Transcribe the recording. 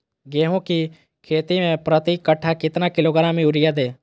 गेंहू की खेती में प्रति कट्ठा कितना किलोग्राम युरिया दे?